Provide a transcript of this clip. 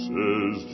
Says